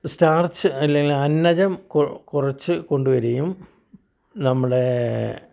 starch അല്ലെങ്കിലന്നജം കൊ കുറച്ച് കൊണ്ട്വരുകയും നമ്മുടെ